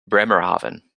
bremerhaven